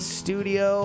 studio